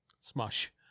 smush